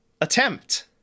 attempt